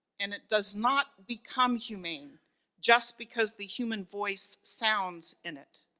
and it does not become humane just because the human voice sounds in it,